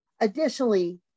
Additionally